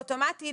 אוטומטית.